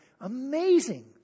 Amazing